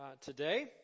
today